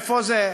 איפה זה?